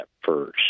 first